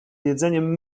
jedzeniem